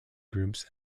groups